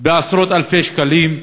בעשרות-אלפי שקלים.